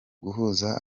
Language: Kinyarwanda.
guhuza